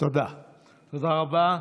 תודה רבה.